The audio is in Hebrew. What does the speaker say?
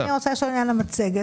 אז אני רוצה לשאול לעניין המצגת.